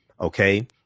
okay